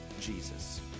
Jesus